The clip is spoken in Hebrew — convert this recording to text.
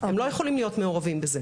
הם לא יכולים להיות מעורבים בזה.